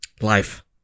life